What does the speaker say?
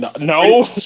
No